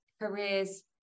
careers